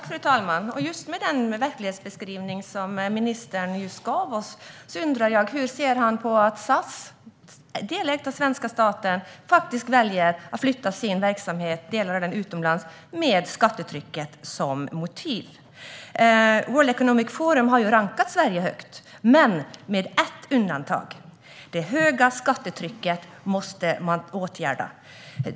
Fru talman! Just med den verklighetsbeskrivning som ministern just gav oss undrar jag hur han ser på att SAS, delägt av svenska staten, faktiskt väljer att flytta delar av sin verksamhet utomlands med skattetrycket som motiv. World Economic Forum har rankat Sverige högt, men med ett undantag - det höga skattetrycket måste åtgärdas.